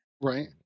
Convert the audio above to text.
Right